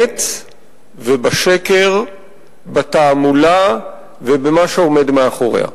באמת ובשקר בתעמולה ובמה שעומד מאחוריה.